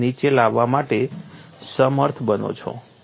ને નીચે લાવવા માટે સમર્થ બનો છો